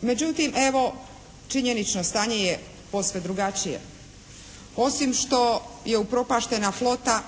Međutim, evo činjenično stanje je posve drugačije. Osim što je upropaštena flota